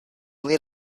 lead